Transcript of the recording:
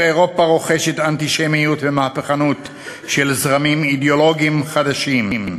כאשר אירופה רוחשת אנטישמיות ומהפכנות של זרמים אידיאולוגיים חדשים,